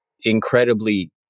incredibly